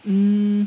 mm